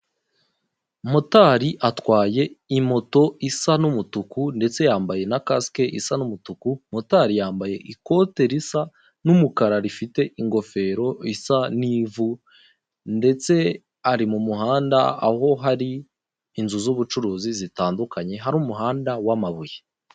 Motari atwaye moto isa n'umutuku ndetse yambaye na kasike isa n'umutuku. Motari yambaye ikote risa n'umukara rifite ingofero isa n'ivu ndetse ari mu muhanda aho hari inzu z'ubucuruzi zitandukanye hari umuhanda wamabuye.